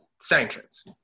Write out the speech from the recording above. sanctions